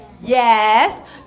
Yes